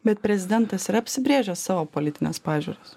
bet prezidentas yra apsibrėžęs savo politines pažiūras